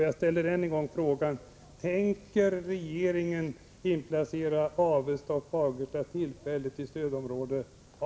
Jag ställer än en gång frågan: Tänker regeringen inplacera Avesta och Fagersta tillfälligt i stödområde A?